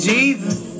Jesus